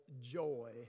joy